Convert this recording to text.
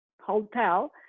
hotel